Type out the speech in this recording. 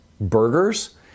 burgers